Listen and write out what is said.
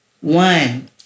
One